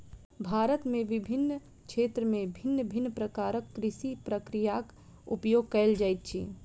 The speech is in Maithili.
भारत में विभिन्न क्षेत्र में भिन्न भिन्न प्रकारक कृषि प्रक्रियाक उपयोग कएल जाइत अछि